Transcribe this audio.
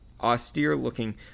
austere-looking